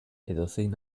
edozein